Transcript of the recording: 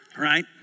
right